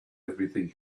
everything